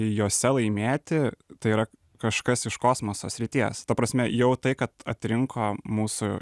juose laimėti tai yra kažkas iš kosmoso srities ta prasme jau tai kad atrinko mūsų